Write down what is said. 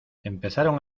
empezaron